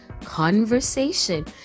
Conversation